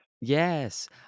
Yes